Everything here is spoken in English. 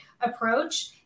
approach